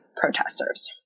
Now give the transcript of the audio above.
protesters